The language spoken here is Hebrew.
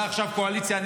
אתה עכשיו קואליציה,